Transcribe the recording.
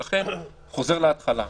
לכן, אני חוזר להתחלה.